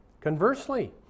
Conversely